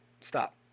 Stop